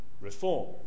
reform